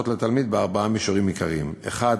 לתלמיד בארבעה מישורים עיקריים: א.